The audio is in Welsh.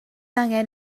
angen